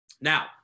Now